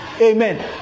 Amen